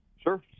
Sure